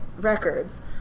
records